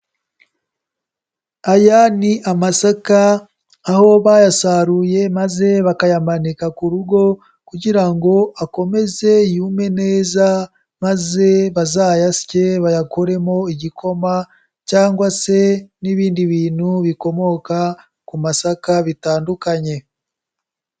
Aya ni amasaka, aho bayasaruye maze bakayamanika ku rugo, kugira ngo akomeze yume neza, maze bazayasye bayakoremo igikoma cyangwa se n'ibindi bintu bikomoka ku masaka bitandukanye.